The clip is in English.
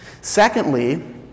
Secondly